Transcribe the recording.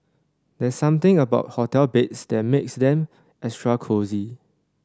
there's something about hotel beds that makes them extra cosy